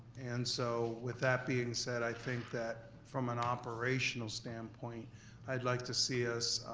and so, with that being said i think that from an operational standpoint i'd like to see us